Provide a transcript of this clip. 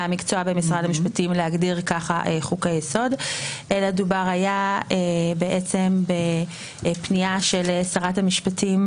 המקצוע במשרד המשפטים להגדיר כך חוקי יסוד אלא דובר בפנייה של שרת המשפטים